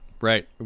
right